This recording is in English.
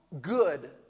good